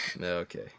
Okay